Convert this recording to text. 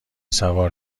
سوار